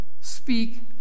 speak